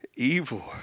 Evil